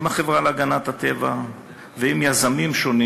עם החברה להגנת הטבע ועם יזמים שונים